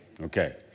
Okay